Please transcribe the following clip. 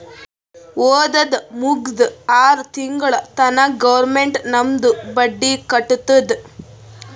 ಓದದ್ ಮುಗ್ದು ಆರ್ ತಿಂಗುಳ ತನಾ ಗೌರ್ಮೆಂಟ್ ನಮ್ದು ಬಡ್ಡಿ ಕಟ್ಟತ್ತುದ್